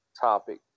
topic